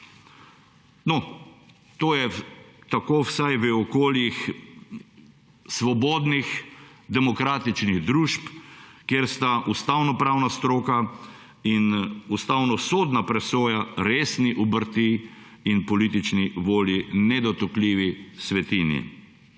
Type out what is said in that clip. No, to je tako vsaj v okoljih svobodnih demokratičnih družb, kjer sta ustavnopravna stroka in ustavnosodna presoja resni obrti in politični volji nedotakljivi svetinji.